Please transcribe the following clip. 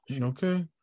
Okay